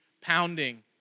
pounding